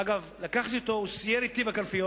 אגב, לקחתי אותו, הוא סייר אתי בקלפיות,